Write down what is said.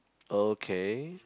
okay